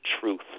truth